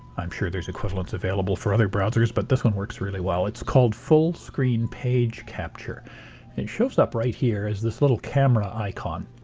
i'm sure there's equivalents available for other brothers but this works really well. it's called fullscreen page capture and shows up right here as this little camera icon.